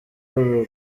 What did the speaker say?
uru